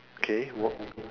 K work